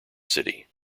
city